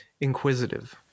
inquisitive